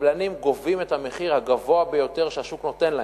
הקבלנים גובים את המחיר הגבוה ביותר שהשוק נותן להם.